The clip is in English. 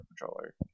Controller